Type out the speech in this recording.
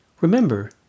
Remember